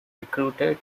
recruited